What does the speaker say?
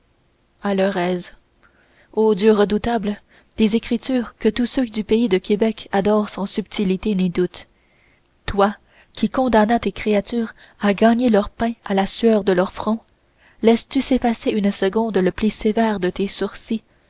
aise ô dieu redoutable des écritures que tous ceux du pays de québec adorent sans subtilité ni doute toi qui condamnas tes créatures à gagner leur pain à la sueur de leur front laisses-tu s'effacer une seconde le pli sévère de tes sourcils